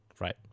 right